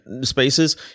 spaces